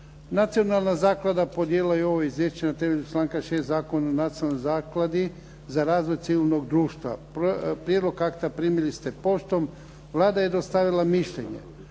Nacionalna zaklada podnijela je ovo izvješće na temelju članka 6. Zakona o nacionalnoj zakladi za razvoj civilnog društva. Prijedlog akta primili ste poštom. Vlada je dostavila mišljenje.